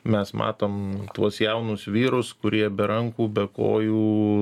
mes matom tuos jaunus vyrus kurie be rankų be kojų